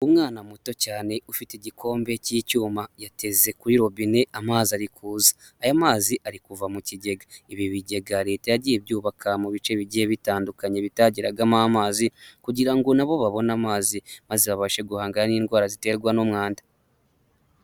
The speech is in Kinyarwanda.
Umwana muto cyane ufite igikombe cy'icyuma, yateze kuri robine amazi ari kuza. Aya mazi ari kuva mu kigega. Ibi bigega leta yagiye ibyubaka mu bice bigiye bitandukanye bitageragamo amazi kugira ngo na bo babone amazi, maze babashe guhangana n'indwara ziterwa n'umwanda.